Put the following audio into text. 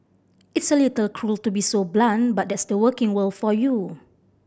it's a little cruel to be so blunt but that's the working world for you